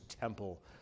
temple